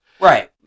right